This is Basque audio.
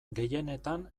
gehienetan